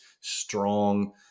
strong